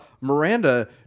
Miranda